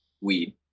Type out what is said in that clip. weed